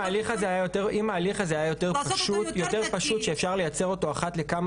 אם ההליך הזה היה יותר פשוט שאפשר לייצר אותו אחת לכמה